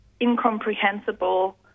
incomprehensible